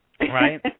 right